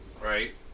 Right